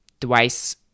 twice